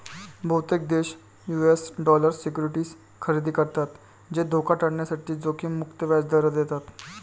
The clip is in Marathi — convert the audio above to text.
बहुतेक देश यू.एस डॉलर सिक्युरिटीज खरेदी करतात जे धोका टाळण्यासाठी जोखीम मुक्त व्याज दर देतात